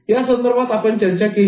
यासंदर्भात आपण चर्चा केली